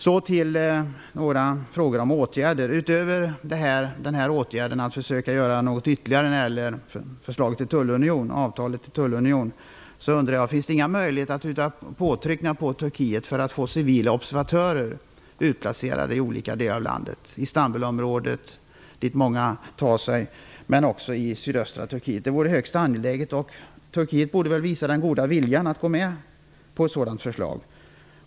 Jag har också några frågor om åtgärder. Finns det, utöver åtgärden att försöka göra något ytterligare när det gäller förslaget till tullunionsavtal, möjligheter att utöva påtryckningar på Turkiet för att få civila observatörer utplacerade i olika delar av landet, t.ex. i Istanbulområdet, dit många tar sig, men också i sydöstra Turkiet? Det vore högst angeläget. Turkiet borde väl visa den goda viljan att gå med på ett sådant förslag.